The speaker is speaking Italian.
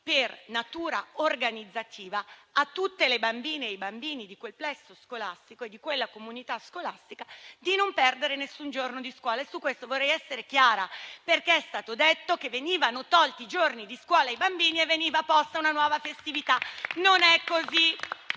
per natura organizzativa, a tutte le bambine e i bambini di quel plesso scolastico e di quella comunità scolastica di non perdere alcun giorno di scuola. Su questo vorrei essere chiara, perché è stato detto che venivano tolti i giorni di scuola ai bambini e veniva posta una nuova festività.